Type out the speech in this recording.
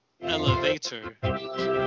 elevator